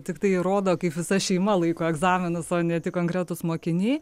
tiktai rodo kaip visa šeima laiko egzaminus o ne tik konkretūs mokiniai